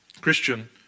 Christian